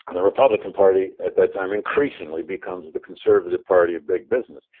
and the republican party at that time increasingly becomes the conservative party of big business.